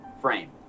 frame